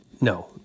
No